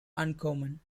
uncommon